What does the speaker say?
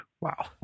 Wow